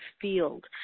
field